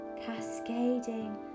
cascading